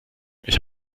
ich